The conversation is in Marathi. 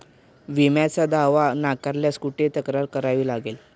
विम्याचा दावा नाकारल्यास कुठे तक्रार करावी लागेल?